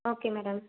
okay madam